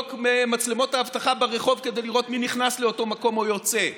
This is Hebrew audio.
לבדוק במצלמות האבטחה ברחוב כדי לראות מי נכנס לאותו מקום או יוצא,